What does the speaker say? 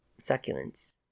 succulents